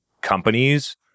companies